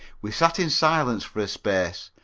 we sat in silence for a space,